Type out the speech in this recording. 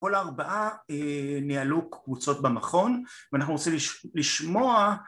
כל ארבעה ניהלו קבוצות במכון ואנחנו רוצים לשמוע